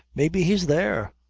may be he's there?